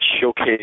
Showcase